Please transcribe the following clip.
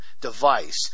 device